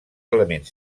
elements